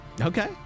Okay